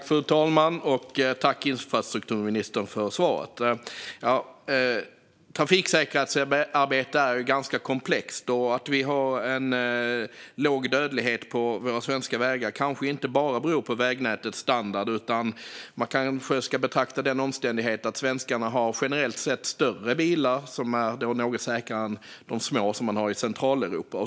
Fru talman! Tack, infrastrukturministern, för svaret! Trafiksäkerhetsarbete är ganska komplext. Att vi har låg dödlighet på våra svenska vägar kanske inte bara beror på vägnätets standard, utan man kanske också ska beakta omständigheten att svenskarna generellt sett har större bilar, som är något säkrare än de små man har i Centraleuropa.